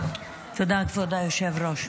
תודה, כבוד היושב-ראש.